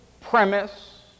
premise